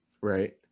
Right